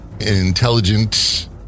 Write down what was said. intelligent